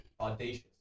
Audacious